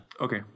Okay